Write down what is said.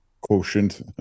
quotient